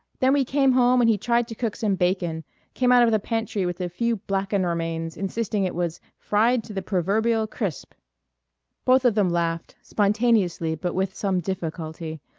then we came home and he tried to cook some bacon came out of the pantry with a few blackened remains, insisting it was fried to the proverbial crisp both of them laughed, spontaneously but with some difficulty,